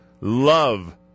love